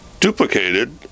duplicated